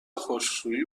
خشکشویی